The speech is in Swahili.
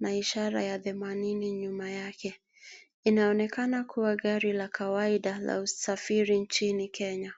na ishara ya themanini nyuma yake. Inaonekana kuwa gari la kawaida la usafiri nchini Kenya.